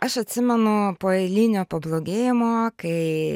aš atsimenu po eilinio pablogėjimo kai